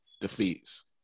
defeats